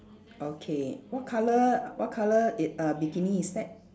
okay what colour what colour it err bikini is that